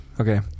Okay